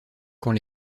quand